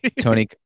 Tony